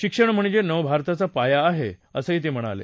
शिक्षण म्हणजे नवभारताचा पाया आहे असं ते म्हणाले